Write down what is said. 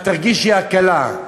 את תרגישי הקלה.